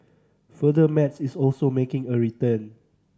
further Maths is also making a return